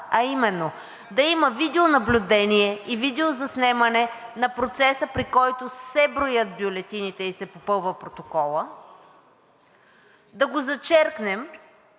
а именно да има видеонаблюдение и видеозаснемане на процеса, при който се броят бюлетините и се попълва протоколът, да го зачеркнем.